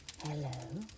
Hello